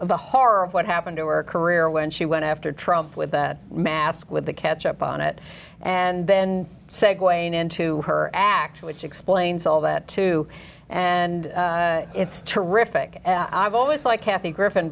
of the horror of what happened to her career when she went after trump with the mask with the ketchup on it and then segue into her act which explains all that too and it's terrific i've always liked kathy griffin